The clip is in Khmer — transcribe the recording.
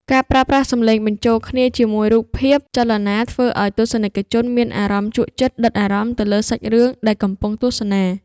ការប្រើប្រាស់សំឡេងបញ្ចូលគ្នាជាមួយរូបភាពចលនាធ្វើឱ្យទស្សនិកជនមានអារម្មណ៍ជក់ចិត្តដិតអារម្មណ៍ទៅលើសាច់រឿងដែលកំពុងទស្សនា។